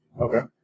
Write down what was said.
Okay